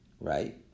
Right